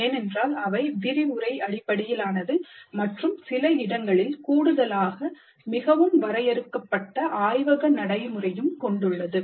ஏனென்றால் அவை விரிவுரை அடிப்படையிலானது மற்றும் சில இடங்களில் கூடுதலாக மிகவும் வரையறுக்கப்பட்ட ஆய்வக நடைமுறையையும் கொண்டுள்ளது